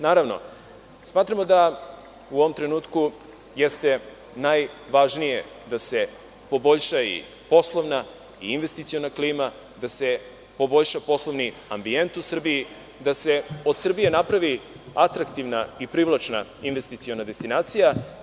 Naravno, smatramo da, u ovom trenutku jeste najvažnije da se poboljša i poslovna i investiciona klima, da se poboljša poslovni ambijent u Srbiji, da se od Srbije napravi atraktivna i privlačna investiciona destinacija.